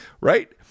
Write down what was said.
Right